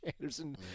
Anderson